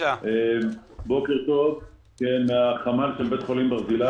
בוקר טוב מהחמ"ל של בית החולים ברזילי.